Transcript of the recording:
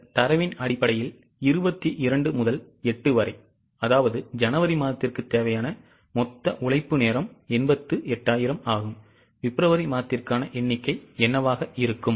இந்த தரவின் அடிப்படையில் 22 முதல் 8 வரை அதாவது ஜனவரி மாதத்திற்கு தேவையான மொத்த உழைப்பு நேரம் 88000 ஆகும் பிப்ரவரி மாதத்திற்கான எண்ணிக்கை என்னவாக இருக்கும்